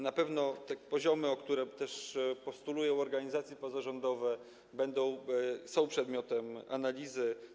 Na pewno te poziomy, które też postulują organizacje pozarządowe, będą, są przedmiotem analizy.